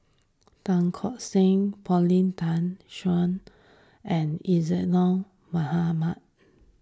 Tan Tock San Paulin Tay Straughan and Isadhora Mohamed